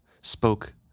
spoke